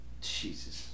Jesus